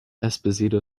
esposito